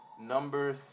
number